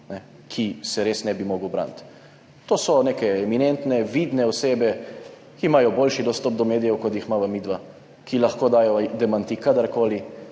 ki se res ne bi mogel braniti. To so neke eminentne vidne osebe, ki imajo boljši dostop do medijev, kot jih imava midva, ki lahko dajo kadarkoli,